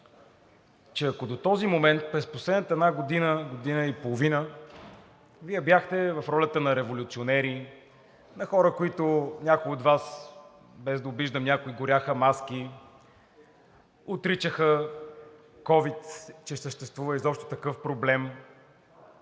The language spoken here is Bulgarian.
че ако до този момент през последната една година-година и половина Вие бяхте в ролята на революционери, на хора, които – някои от Вас, без да обиждам някого, горяха маски, отричаха COVID-19, че съществува изобщо такъв проблем,